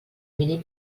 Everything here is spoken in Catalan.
mínim